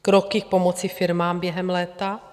Kroky k pomoci firmám během léta?